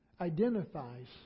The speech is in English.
identifies